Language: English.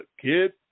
kid